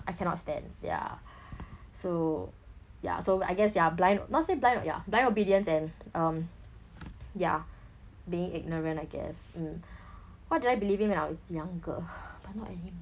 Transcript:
I cannot stand ya so ya so I guess ya blind not say blind ya blind obedience and um yeah being ignorant I guess mm what do I believe in when I was younger but not anymore